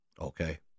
Okay